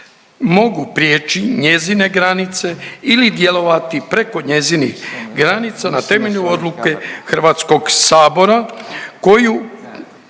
mogu prijeći njezine granice ili djelovati preko njezinih granica na temelju odluke HS-a koju